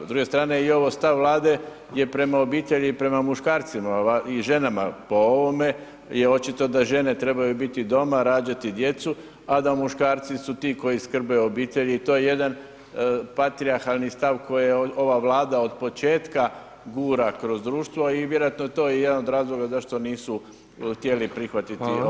S druge strane i ovo stav Vlade je prema obitelji i prema muškarcima i ženama po ovome je očito da žene trebaju biti doma, rađati djecu, a da muškarci su ti koji skrbe o obitelji i to je jedan patrijarhalni stav koje ova Vlada od početka gura kroz društvo i vjerojatno je to jedan od razloga zašto nisu htjeli prihvatiti [[Upadica Petrov: Hvala]] ove izmjene zakona.